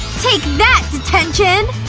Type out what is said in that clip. take that, detention!